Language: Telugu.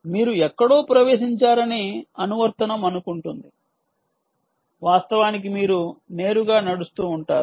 మీరు ఎక్కడో ప్రవేశించారని అనువర్తనం అనుకుంటుంది వాస్తవానికి మీరు నేరుగా నడుస్తూ ఉంటారు